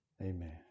Amen